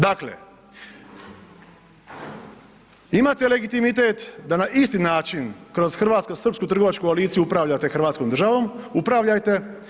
Dakle, imate legitimitet da na isti način kroz hrvatsko-srpsku trgovačku koaliciju upravljate Hrvatskom državom, upravljajte.